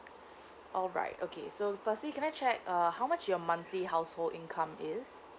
alright okay so firstly can I check uh how much your monthly household income is